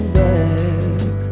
back